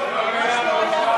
ראש הממשלה,